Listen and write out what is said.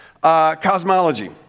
cosmology